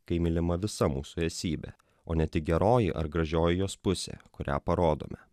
kai mylima visa mūsų esybė o ne tik geroji ar gražioji jos pusė kurią parodome